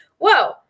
whoa